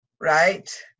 Right